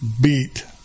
beat